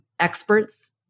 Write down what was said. Experts